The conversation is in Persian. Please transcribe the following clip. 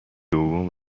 دوم